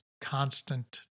constant